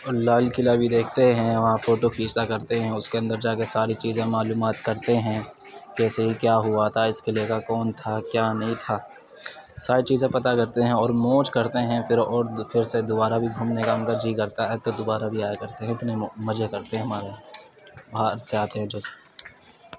اور لال قلعہ بھی دیکھتے ہیں وہاں فوٹو کھینچنا کرتے ہیں اس کے اندر جا کے ساری چیزیں معلومات کرتے ہیں کیسے کیا ہوا تھا اس قلعے کا کون تھا کیا نہیں تھا ساری چیزیں پتا کرتے ہیں اور موج کرتے ہیں پھر اور پھر سے دوبارہ بھی گھومنے کا ان کا جی کرتا ہے تو دوبارہ بھی آیا کرتے ہیں اتنے مزے کرتے ہیں ماروں یہاں باہر سے آتے ہیں جو